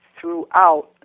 throughout